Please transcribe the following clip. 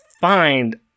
find